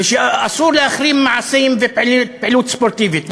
אסור להחרים מעשים ופעילות ספורטיבית,